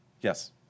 Yes